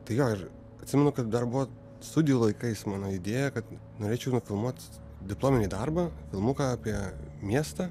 tai jo ir atsimenu kad dar buvo studijų laikais mano idėja kad norėčiau nufilmuot diplominį darbą filmuką apie miestą